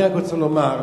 אני רק רוצה לומר,